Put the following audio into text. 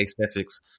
aesthetics